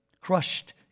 Crushed